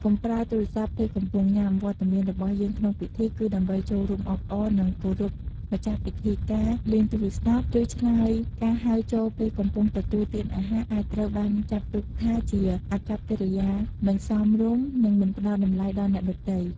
កុំប្រើទូរសព្ទពេលកំពុងញ៉ាំ វត្តមានរបស់យើងក្នុងពិធី គឺដើម្បីចូលរួមអបអរ និងគោរពម្ចាស់ពិធីការលេងទូរសព្ទ ឬឆ្លើយការហៅចូលពេលកំពុងទទួលទានអាហារ អាចត្រូវបានចាត់ទុកថាជាអាកប្បកិរិយាមិនសមរម្យ និងមិនផ្ដល់តម្លៃដល់អ្នកដទៃ។